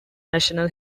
national